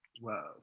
Wow